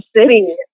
city